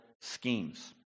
schemes